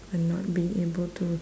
and not being able to